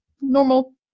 normal